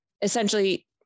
essentially